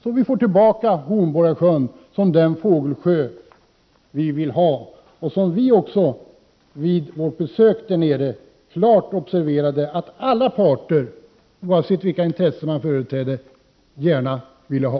Hornborgasjön skall då åter kunna bli den fågelsjö som vi vill ha, och som, enligt vad utskottet vid vårt besök där konstaterade, alla parter — oavsett vilka intressen de företräder — gärna vill ha.